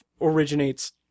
originates